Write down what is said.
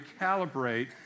calibrate